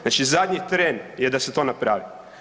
Znači zadnji tren je da se to napravi.